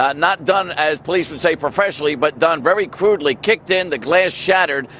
not not done, as police would say professionally, but done very crudely kicked in the glass shattered.